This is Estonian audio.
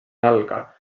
jalga